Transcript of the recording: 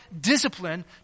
discipline